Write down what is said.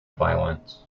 violence